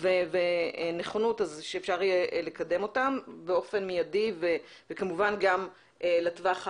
ונכונות לקדם אותם באופן מיידי וכמובן גם לטווח הארוך.